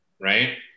right